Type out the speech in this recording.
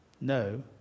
no